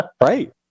Right